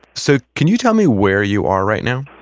so can you tell me where you are right now?